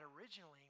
originally